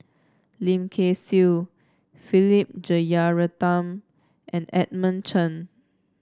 Lim Kay Siu Philip Jeyaretnam and Edmund Chen